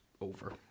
over